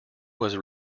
was